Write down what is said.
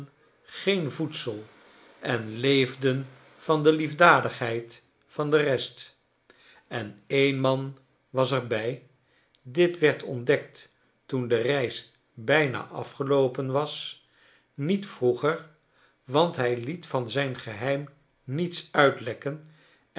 geen voedsel en leefden van de liefdadigheid van de rest en een man was er bij dit werd ontdekt toen de reis bijna afgeloopen was niet vroeger want hy liet van zijn geheim niets uitlekken